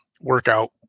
workout